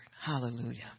Hallelujah